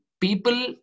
people